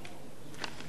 לרשותך שלוש דקות.